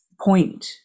point